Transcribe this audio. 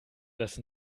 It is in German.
das